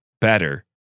better